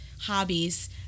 hobbies